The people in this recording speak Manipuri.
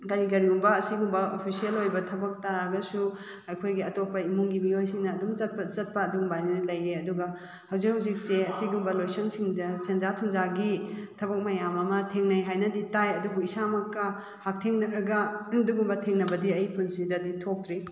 ꯀꯔꯤ ꯀꯔꯤꯒꯨꯝꯕ ꯑꯁꯤꯒꯨꯝꯕ ꯑꯣꯐꯤꯁꯦꯜ ꯑꯣꯏꯕ ꯊꯕꯛ ꯇꯥꯔꯒꯁꯨ ꯑꯩꯈꯣꯏꯒꯤ ꯑꯇꯣꯞꯄ ꯏꯃꯨꯡꯒꯤ ꯃꯤꯑꯣꯏꯁꯤꯡꯅ ꯑꯗꯨꯝ ꯆꯠꯄ ꯆꯠꯄ ꯑꯗꯨꯃꯥꯏꯅ ꯂꯩꯌꯦ ꯑꯗꯨꯒ ꯍꯧꯖꯤꯛ ꯍꯧꯖꯤꯛꯁꯦ ꯑꯁꯤꯒꯨꯝꯕ ꯂꯣꯏꯁꯪꯁꯤꯡꯗ ꯁꯦꯟꯖꯥ ꯊꯨꯝꯖꯥꯒꯤ ꯊꯕꯛ ꯃꯌꯥꯝ ꯑꯃ ꯊꯦꯡꯅꯩ ꯍꯥꯏꯅꯗꯤ ꯇꯥꯏ ꯑꯗꯨꯕꯨ ꯏꯁꯥ ꯃꯛꯀ ꯍꯛꯊꯦꯡꯅꯔꯒ ꯑꯗꯨꯒꯨꯝꯕ ꯊꯦꯡꯅꯕꯗꯤ ꯑꯩ ꯄꯨꯟꯁꯤꯗꯗꯤ ꯊꯣꯛꯇ꯭ꯔꯤ